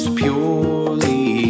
purely